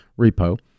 repo